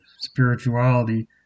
spirituality